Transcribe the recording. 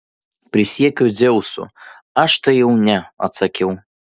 prisiekiu dzeusu aš tai jau ne atsakiau